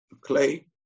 clay